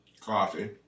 Coffee